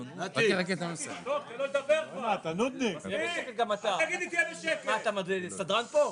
אני מקדם בברכה את כבוד השר אופיר סופר.